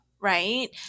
right